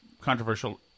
controversial